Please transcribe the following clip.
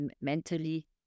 mentally